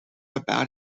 about